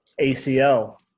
ACL